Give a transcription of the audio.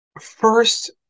First